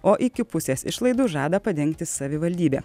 o iki pusės išlaidų žada padengti savivaldybė